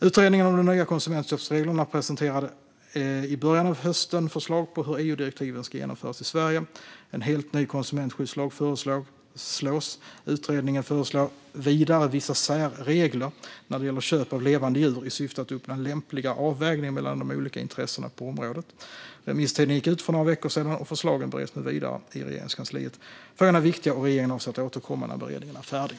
Utredningen om nya konsumentköpregler presenterade i början av hösten förslag på hur EU-direktiven ska genomföras i Sverige. En helt ny konsumentskyddslag föreslås. Utredningen föreslår vidare vissa särregler när det gäller köp av levande djur i syfte att uppnå en lämpligare avvägning mellan de olika intressena på området. Remisstiden gick ut för några veckor sedan, och förslagen bereds nu vidare i Regeringskansliet. Frågorna är viktiga, och regeringen avser att återkomma när beredningen är färdig.